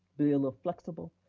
being ah flexible.